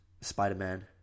Spider-Man